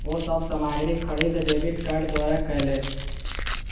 ओ सब सामग्री खरीद डेबिट कार्ड द्वारा कयलैन